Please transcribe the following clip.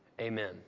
Amen